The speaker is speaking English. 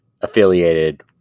affiliated